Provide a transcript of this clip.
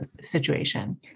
situation